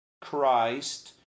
Christ